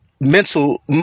mental